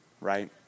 Right